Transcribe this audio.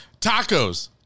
Tacos